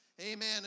Amen